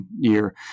year